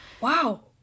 Wow